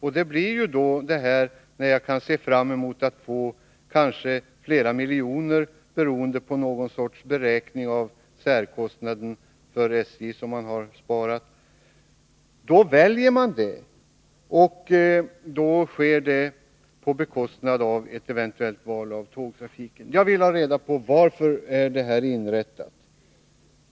När man kan se fram emot att få kanske flera miljoner beroende på någon sorts beräkning av särkostnaden för SJ, som man har sparat, väljer man det. Det sker då på bekostnad av ett eventuellt val avtågtrafik. Jag vill ha reda på varför man inrättat detta.